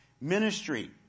ministry